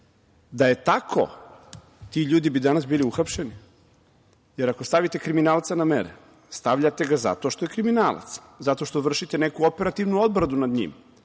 je tako, ti ljudi bi danas bili uhapšeni, jer ako stavite kriminalca na mere, stavljate ga zato što je kriminalac, zato što vršite neku operativnu obradu nad njim,